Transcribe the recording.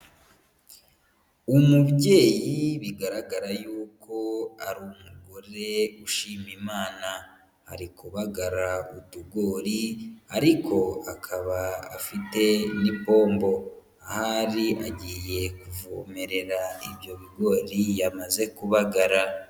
Umubyeyi bigaragara yuko ari umugore ushima Imana, ari kubagara utugori ariko akaba afite n'ipombo ahari agiye kuvomerera ibyo bigori yamaze kubagara.